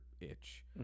itch